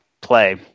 play